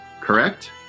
correct